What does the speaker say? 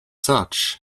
such